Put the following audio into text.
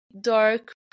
dark